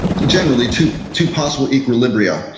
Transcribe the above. generally two two possible equilibria.